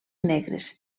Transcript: negres